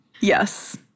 Yes